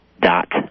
dot